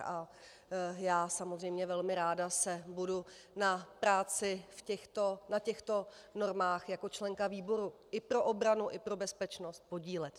A já samozřejmě velmi ráda se budu na práci na těchto normách jako členka výboru i pro obranu i pro bezpečnost podílet.